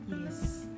Yes